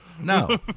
no